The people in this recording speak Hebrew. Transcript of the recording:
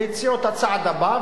והציעו את הצעד הבא,